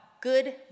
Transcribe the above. good